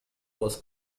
was